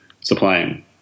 supplying